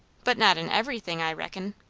but not in everything, i reckon?